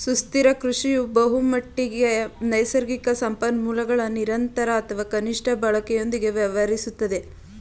ಸುಸ್ಥಿರ ಕೃಷಿಯು ಬಹುಮಟ್ಟಿಗೆ ನೈಸರ್ಗಿಕ ಸಂಪನ್ಮೂಲಗಳ ನಿರಂತರ ಅಥವಾ ಕನಿಷ್ಠ ಬಳಕೆಯೊಂದಿಗೆ ವ್ಯವಹರಿಸುತ್ತದೆ